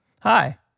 Hi